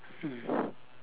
mm